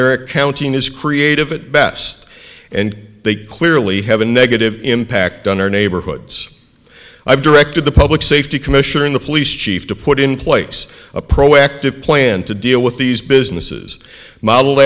their accounting is creative it best and they clearly have a negative impact on our neighborhoods i've directed the public safety commissioner in the police chief to put in place a proactive plan to deal with these businesses modeled